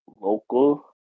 local